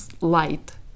light